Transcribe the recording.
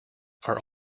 are